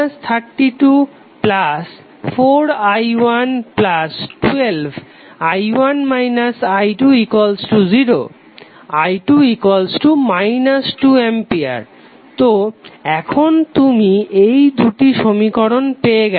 324i112i1 i20 i2 2A তো এখন তুমি দুটি সমীকরণ পেয়ে গেছো